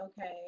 okay